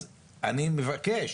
אז אני מבקש